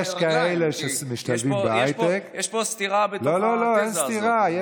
יש פה סתירה בתוך התזה הזאת.